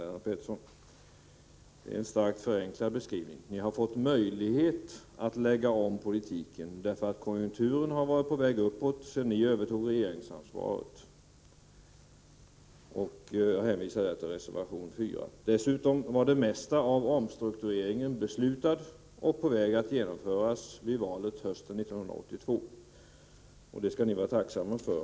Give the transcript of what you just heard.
Det är en starkt förenklad beskrivning av hur det förhåller sig. Ni har haft möjligheter att lägga om politiken, eftersom konjunkturen varit på väg uppåt sedan ni övertog regeringsansvaret. Jag hänvisar i detta sammanhang till reservation 4. Dessutom vill jag framhålla följande. Beträffande omstruktureringen var det mesta redan beslutat vid tidpunkten för valet hösten 1982. Man var också på väg att genomföra vad som beslutats. Det skall ni vara tacksamma för.